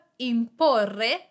IMPORRE